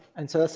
and so,